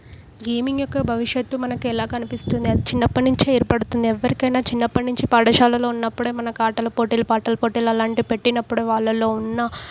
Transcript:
gaming యొక్క భవిష్యత్తు మనకు ఎలా కనిపిస్తుంది అది చిన్నప్పటినుంచే ఏర్పడుతుంది ఎవ్వరికైనా చిన్నప్పటి నుంచి పాఠశాలలో ఉన్నప్పుడే మనకు ఆటల పోటీలు పాటల పోటీలు అలాంటివి పెట్టినప్పుడు వాళ్ళల్లో ఉన్న